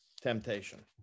temptation